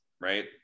Right